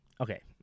okay